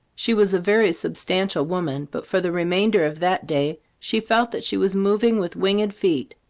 she was a very substantial woman, but for the remainder of that day she felt that she was moving with winged feet.